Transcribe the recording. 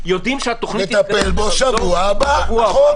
נטפל בו שבוע הבא.